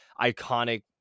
iconic